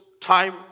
time